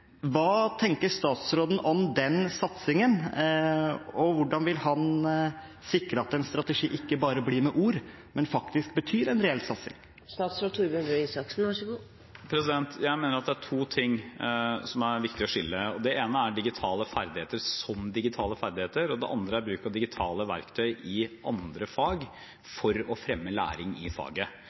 Hva tenker statsråden om den satsingen? Og hvordan vil han sikre at en strategi ikke bare blir en satsing med ord, men faktisk betyr en reell satsing? Jeg mener at det er to ting som det er viktig å skille. Det ene er digitale ferdigheter som digitale ferdigheter, og det andre er bruken av digitale verktøy i andre fag for å fremme læring i faget.